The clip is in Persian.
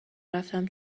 رفتم